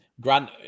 Grant